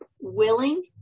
willing